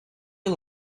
you